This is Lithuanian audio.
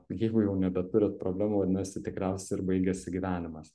jeigu jau nebeturit problemų vadinasi tikriausiai ir baigiasi gyvenimas